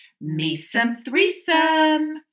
Me-some-threesome